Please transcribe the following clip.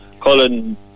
Colin